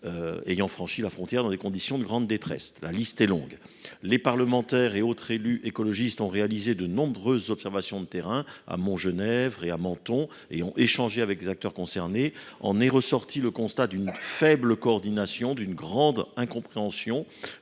ayant franchi la frontière dans des conditions de grande détresse. La liste est longue. Les parlementaires et autres élus écologistes ont réalisé de nombreuses observations de terrain à Montgenèvre ainsi qu’à Menton, et ont échangé avec des acteurs concernés. En est ressorti le constat d’une faible coordination, d’une grande incompréhension,